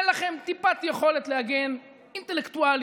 אין לכם טיפת יכולת להגן אינטלקטואלית